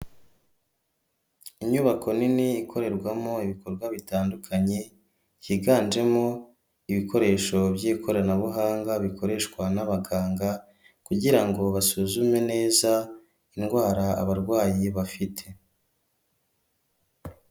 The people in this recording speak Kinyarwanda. Inyubako nini ikorerwamo ibikorwa bitandukanye, higanjemo ibikoresho by'ikoranabuhanga, bikoreshwa n'abaganga kugira ngo basuzume neza indwara abarwayi bafite.